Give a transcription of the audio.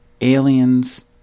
aliens